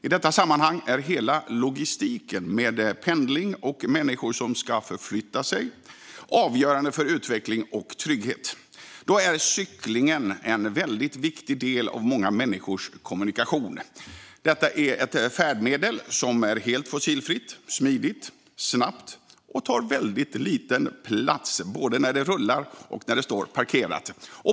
I detta sammanhang är hela logistiken med pendling och människor som ska förflytta sig avgörande för utveckling och trygghet. Då är cyklingen en väldigt viktig del av många människors kommunikation. Detta är ett färdmedel som är helt fossilfritt, smidigt och snabbt och som tar väldigt liten plats både när det rullar och står parkerat.